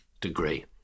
degree